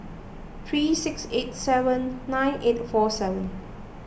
three six eight seven nine eight four seven